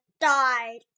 died